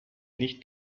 nicht